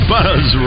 Buzz